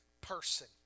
person